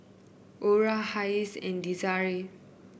Ora Hayes and Desirae